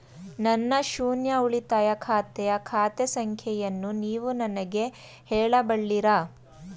ನನ್ನ ಶೂನ್ಯ ಉಳಿತಾಯ ಖಾತೆಯ ಖಾತೆ ಸಂಖ್ಯೆಯನ್ನು ನೀವು ನನಗೆ ಹೇಳಬಲ್ಲಿರಾ?